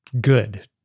good